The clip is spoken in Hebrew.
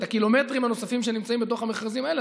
את הקילומטרים הנוספים שנמצאים בתוך המכרזים האלה,